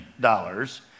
dollars